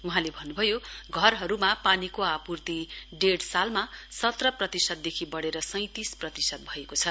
वहाँले भन्नुभयो घरहरूमा पानीको आपूर्ति डेढ़ सालमा सत्र प्रतिशतदेखि बढ़ेर सैंतिस प्रतिशत भएकोछ